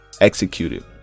executed